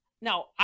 now